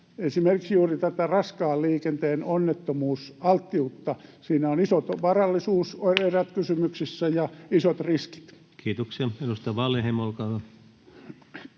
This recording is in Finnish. esimerkiksi juuri tätä raskaan liikenteen onnettomuusalttiutta? Siinä on isot varallisuuserät kysymyksessä ja isot riskit. Kiitoksia. — Edustaja Wallinheimo, olkaa hyvä.